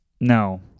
No